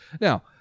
Now